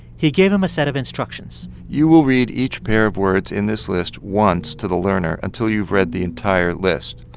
he gave him a set of instructions you will read each pair of words in this list once to the learner until you've read the entire list.